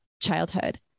childhood